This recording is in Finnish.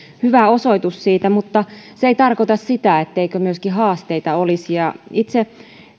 hyvä osoitus siitä mutta se ei tarkoita sitä etteikö myöskin haasteita olisi itse